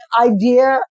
idea